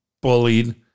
bullied